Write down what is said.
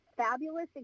fabulous